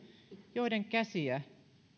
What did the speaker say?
joiden käsiä